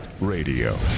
Radio